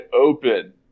open